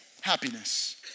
happiness